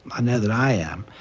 i know that i am.